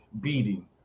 beating